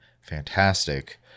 fantastic